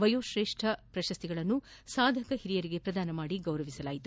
ವಯೋಶ್ರೇಷ್ಠ ಪ್ರಶಸ್ತಿಗಳನ್ನು ಸಾಧಕ ಹಿರಿಯರಿಗೆ ಪ್ರದಾನ ಮಾಡಿ ಗೌರವಿಸಿದರು